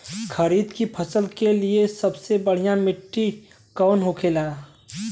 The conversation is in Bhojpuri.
खरीफ की फसल के लिए सबसे बढ़ियां मिट्टी कवन होखेला?